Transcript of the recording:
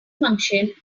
function